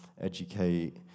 educate